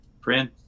Friend